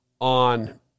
on